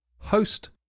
host